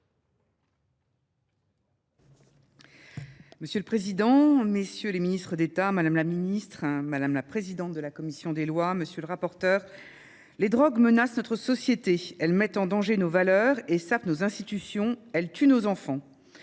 Monsieur le Président, Messieurs les Ministres d'État, Madame la Ministre, Madame la Présidente de la Commission des Lois, Monsieur le Rapporteur, Les drogues menacent notre société, elles mettent en danger nos valeurs et sapent nos institutions, elles tuent nos enfants.